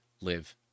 live